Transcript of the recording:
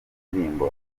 indirimbo